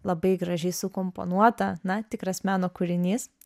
labai gražiai sukomponuota na tikras meno kūrinys